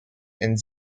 and